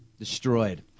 Destroyed